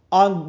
on